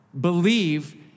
believe